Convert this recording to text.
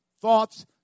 thoughts